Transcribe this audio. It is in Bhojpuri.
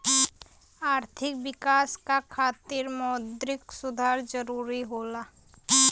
आर्थिक विकास क खातिर मौद्रिक सुधार जरुरी होला